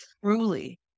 truly